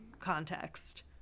context